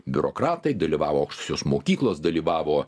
biurokratai dalyvavo aukštosios mokyklos dalyvavo